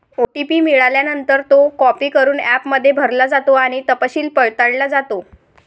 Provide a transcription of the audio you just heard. OTP मिळाल्यानंतर, तो copy करून ॲपमध्ये भरला जातो आणि तपशील पडताळला जातो